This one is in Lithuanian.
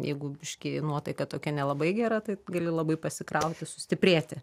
jeigu biškį nuotaika tokia nelabai gera tai gali labai pasikrauti sustiprėti